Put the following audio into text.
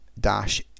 dash